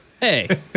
Hey